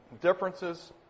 Differences